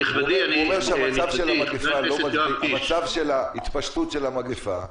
הוא אומר שמצב התפשטות המגיפה,